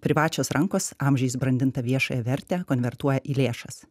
privačios rankos amžiais brandintą viešąją vertę konvertuoja į lėšas